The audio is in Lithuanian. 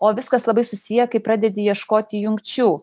o viskas labai susiję kai pradedi ieškoti jungčių